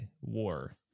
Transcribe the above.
war